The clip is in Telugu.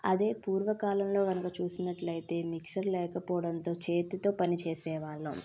అదే పూర్వకాలంలో కనక చూసినట్లయితే మిక్సర్ లేకపోవడంతో చేతితో పని చేసేవాళ్ళం